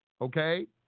okay